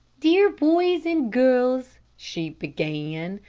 dear boys and girls, she began,